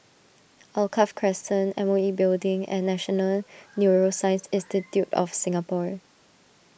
Alkaff Crescent M O E Building and National Neuroscience Institute of Singapore